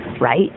right